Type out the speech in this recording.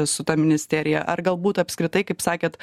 su ta ministerija ar galbūt apskritai kaip sakėt